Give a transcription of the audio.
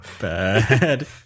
bad